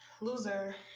loser